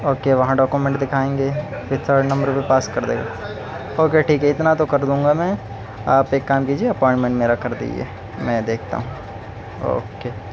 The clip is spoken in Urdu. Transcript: اوکے وہاں ڈاکومنٹ دکھائیں گے پھر تھرڈ نمبر پہ پاس کر دے گا اوکے ٹھیک ہے اتنا تو کر دوں گا میں آپ ایک کام کیجیے اپوائنمنٹ میرا کر دیجیے میں دیکھتا ہوں اوکے